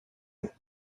with